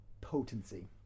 Potency